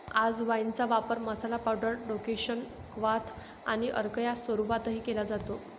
अजवाइनचा वापर masala, powder, decoction, क्वाथ आणि अर्क या स्वरूपातही केला जातो